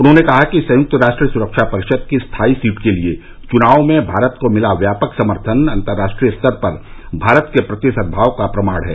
उन्होंने कहा कि संयुक्त राष्ट्र सुरक्षा परिषद की स्थायी सीट के लिए चुनाव में भारत को मिला व्यापक समर्थन अंतर्राष्ट्रीय स्तर पर भारत के प्रति सदभाव का प्रमाण है